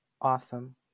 Awesome